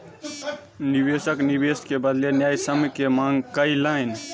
निवेशक निवेश के बदले न्यायसम्य के मांग कयलैन